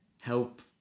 help